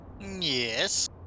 Yes